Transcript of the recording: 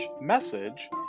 message